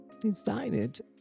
decided